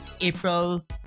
April